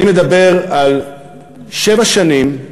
אני מדבר על שבע שנים,